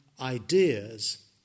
ideas